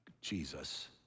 Jesus